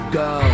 go